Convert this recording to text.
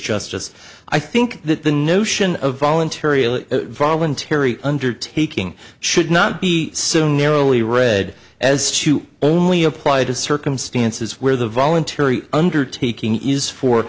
as i think that the notion of voluntary voluntary undertaking should not be soo narrowly read as to only apply to circumstances where the voluntary undertaking is for